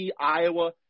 Iowa